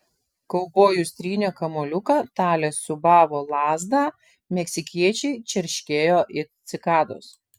kaubojus trynė kamuoliuką talė siūbavo lazdą meksikiečiai čerškėjo it cikados